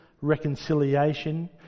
reconciliation